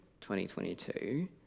2022